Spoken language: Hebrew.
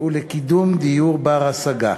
ולקידום דיור בר-השגה.